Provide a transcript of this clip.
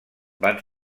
van